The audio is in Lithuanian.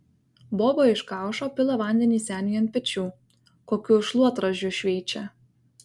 boba iš kaušo pila vandenį seniui ant pečių kokiu šluotražiu šveičia